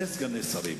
הקרובות,